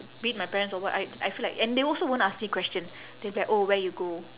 be it my parents or what I I feel like and they also won't ask me question they'll be like oh where you go